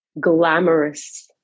glamorous